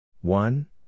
One